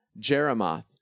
Jeremoth